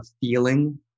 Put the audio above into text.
feeling